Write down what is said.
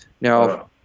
Now